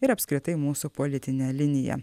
ir apskritai mūsų politinę liniją